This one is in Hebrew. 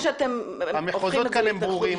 המחוזות כאן ברורים.